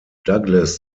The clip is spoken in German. douglas